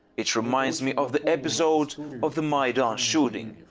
it reminds me of the episode of the maydan shooting.